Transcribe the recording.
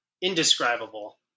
indescribable